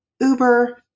Uber